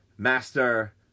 Master